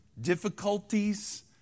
difficulties